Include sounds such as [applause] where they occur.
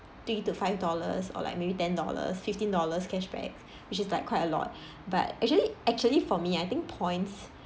three to five dollars or like maybe ten dollars fifteen dollars cashback [breath] which is like quite a lot [breath] but actually actually for me I think points